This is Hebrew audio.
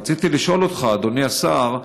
רציתי לשאול אותך, אדוני השר,